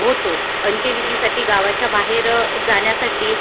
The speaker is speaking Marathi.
होतो अंत्यविधीसाठी गावाच्या बाहेर जाण्यासाठी